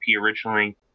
originally